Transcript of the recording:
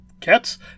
cats